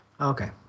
Okay